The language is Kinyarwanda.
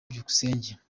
byukusenge